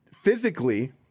physically